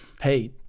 hey